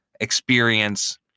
experience